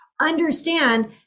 understand